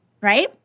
right